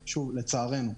לצערנו.